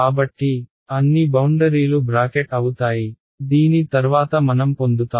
కాబట్టి అన్ని బౌండరీలు బ్రాకెట్ అవుతాయి దీని తర్వాత మనం పొందుతాం